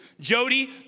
Jody